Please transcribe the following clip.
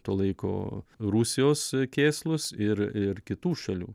to laiko rusijos kėslus ir ir kitų šalių